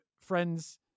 friends